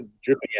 dripping